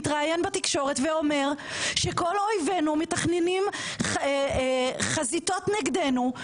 מתראיין בתקשורת ואומר שכל אויבנו מתכננים חזיתות נגדנו,